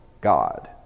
God